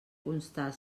constar